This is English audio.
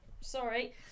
sorry